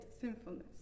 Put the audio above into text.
sinfulness